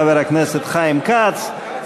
חבר הכנסת חיים כץ,